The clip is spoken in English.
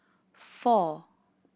four